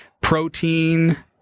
protein